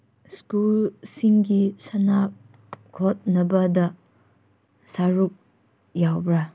ꯁ꯭ꯀꯨꯜꯁꯤꯡꯒꯤ ꯁꯥꯟꯅ ꯈꯣꯠꯅꯕꯗ ꯁꯔꯨꯛ ꯌꯥꯎꯕ꯭ꯔꯥ